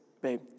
babe